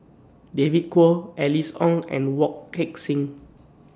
David Kwo Alice Ong and Wong Heck Sing